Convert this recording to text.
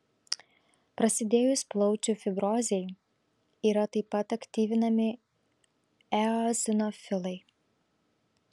prasidėjus plaučių fibrozei yra taip pat aktyvinami eozinofilai